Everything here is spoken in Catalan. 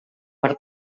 per